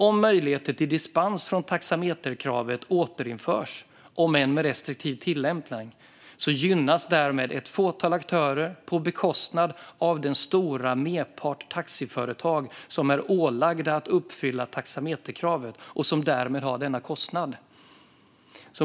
Om möjlighet till dispens från taxameterkravet återinförs, om än med en restriktiv tillämpning, gynnas därmed ett fåtal aktörer på bekostnad av den stora merpart taxiföretag som är ålagda att uppfylla taxameterkravet och som därmed har denna kostnad."